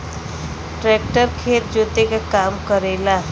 tractor खेत जोते क काम करेला